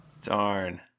darn